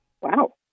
Wow